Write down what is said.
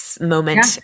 moment